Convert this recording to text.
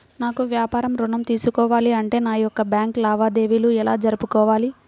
నాకు వ్యాపారం ఋణం తీసుకోవాలి అంటే నా యొక్క బ్యాంకు లావాదేవీలు ఎలా జరుపుకోవాలి?